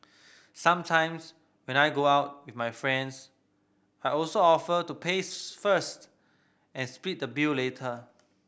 sometimes when I go out with my friends I also offer to pay first and split the bill later